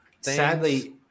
sadly